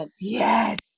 Yes